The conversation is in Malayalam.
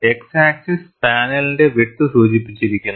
X ആക്സിസ് പാനലിന്റെ വിഡ്ത് സൂചിപ്പിച്ചിരിക്കുന്നു